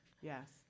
Yes